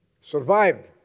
survived